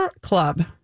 club